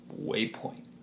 waypoint